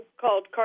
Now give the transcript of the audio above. called